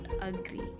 agree